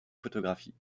photographie